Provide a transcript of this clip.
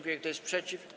Kto jest przeciw?